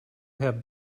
have